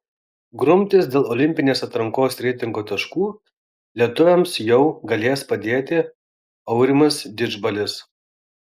grumtis dėl olimpinės atrankos reitingo taškų lietuviams jau galės padėti aurimas didžbalis